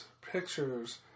pictures